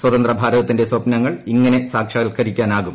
സ്വതന്ത്ര ഭാരതത്തിന്റെ സ്വപ്നങ്ങൾ ഇങ്ങനെ സാക്ഷാത്കരിക്കാനാകും